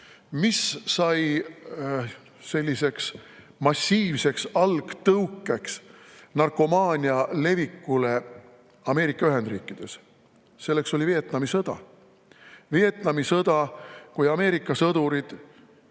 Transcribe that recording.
Mis sai selliseks massiivseks algtõukeks narkomaania levikule Ameerika Ühendriikides? Selleks oli Vietnami sõda. Vietnami sõda, kui Ameerika sõdurid,